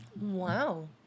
Wow